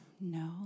No